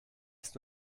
ist